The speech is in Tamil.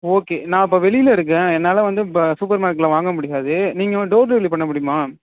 ஓகே நான் அப்போ வெளியில் இருக்கேன் என்னால் வந்து இப்போ சூப்பர் மார்டில் வாங்க முடியாது நீங்கள் ஒரு டோர் டெலிவரி பண்ண முடியுமா